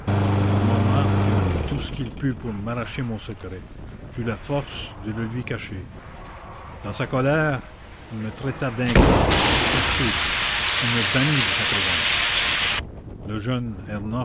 le monarque fit tout ce qu'il put pour m'arracher mon secret j'eus la force de le lui cacher dans sa colère il me traita d'ingrat de perfide et me bannit de sa présence le jeune